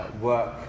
work